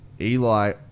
Eli